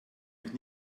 mich